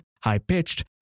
high-pitched